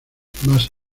más